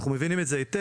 אנחנו מבינים את זה היטב,